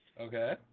Okay